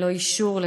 ללא אישור,